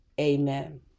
amen